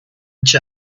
each